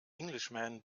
englishman